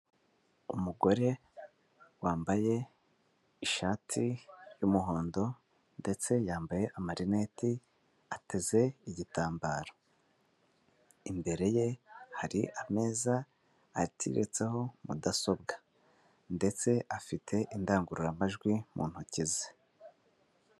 Umugore wambaye ishati y'umuhondo ndetse yambaye amarineti, ateze igitambaro. Imbere ye hari ameza ateretseho mudasobwa, ndetse afite indangururamajwi mu ntoki ze.